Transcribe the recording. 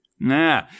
Nah